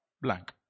Blank